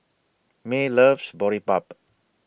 May loves Boribap